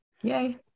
Yay